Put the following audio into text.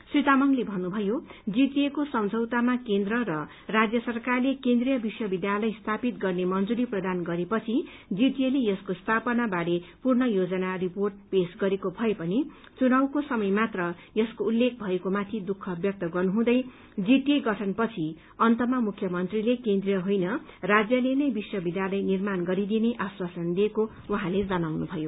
श्री तामाङले भन्नुभयो जीटीएको सम्झौतामा केन्द्र र राज्य सरकारले केन्द्रीय विश्वविद्यालय स्थापित गर्ने मन्जूरी प्रदान गरे पछि जीटीएले यसको स्थापना बारे पूर्ण योजना रिपोर्ट पेश गरेको भए तापनि चुनावको समय मात्र यसको उल्लेख भएकोमाथि दुख व्यक्त गर्नुहुँदै जीटीए गठन पछि अन्तमा मुख्यमन्त्रीले केन्द्रीय होइन राज्यले नै विश्वविद्यालय निर्माण गरिदिने आश्वासन दिएको उहाँले जनाउनु भयो